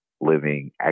living